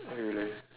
really